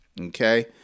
Okay